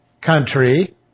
country